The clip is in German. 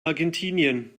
argentinien